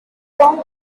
song